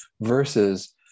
versus